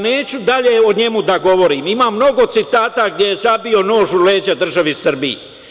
Neću dalje o njemu da govorim, ima mnogo citata gde je zabio nož u leđa državi Srbiji.